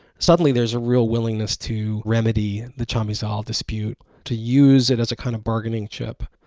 suddenly there's a real willingness to remedy the chamizal dispute. to use it as a kind of bargaining chip.